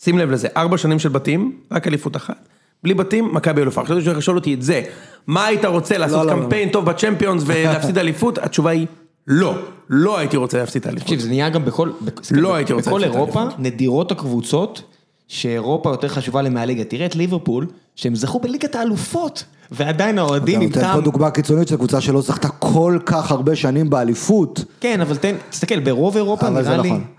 שים לב לזה, ארבע שנים של בתים, רק אליפות אחת. בלי בתים, מכה באלופה. עכשיו תשכח לשאול אותי את זה. מה היית רוצה, לעשות קמפיין טוב בצ'מפיונס ולהפסיד אליפות? התשובה היא, לא, לא הייתי רוצה להפסיד אליפות. תשכח, זה נהיה גם בכל... לא הייתי רוצה להפסיד אליפות. בכל אירופה, נדירות הקבוצות, שאירופה יותר חשובה למאליגה. תראה את ליברפול, שהם זכו בליגת האלופות, ועדיין נורדים מבטאם. זו דוגמה קיצונית של קבוצה שלא שחתה כל כך הרבה שנים באליפות. כן, אבל תסתכל, ברוב אירופה נדירה לי...